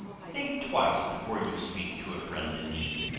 think twice before you speak to a friend in need.